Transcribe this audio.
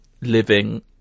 living